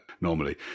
normally